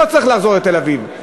לא צריך לחזור לתל-אביב.